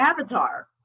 avatar